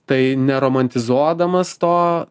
tai ne romantizuodamas to